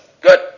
Good